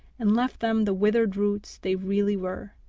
and left them the withered roots they really were,